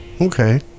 okay